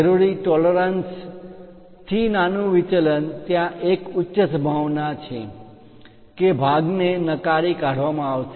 જરૂરી ટોલરન્સ પરિમાણ માં માન્ય તફાવત થી નાનું વિચલન ત્યાં એક ઉચ્ચ સંભાવના છે કે ભાગ ને નકારી કાઢવામાં આવશે